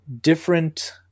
Different